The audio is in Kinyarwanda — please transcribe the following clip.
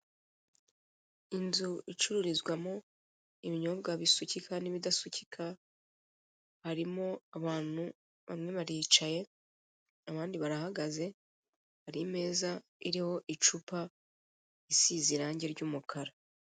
Inzu icururizwamo ibinyobwa bisukika n'ibidasukika irimo abantu bamwe baricaye abandi barahagaze hari imeza iriho icupa isize irange ry'umukara.